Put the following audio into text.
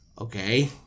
Okay